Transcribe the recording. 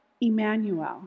Emmanuel